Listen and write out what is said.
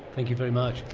thank you very much.